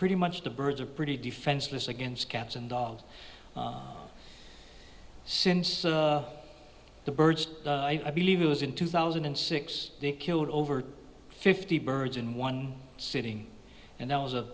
pretty much the birds are pretty defenseless against cats and dogs since the birds i believe it was in two thousand and six they killed over fifty birds in one sitting and that was a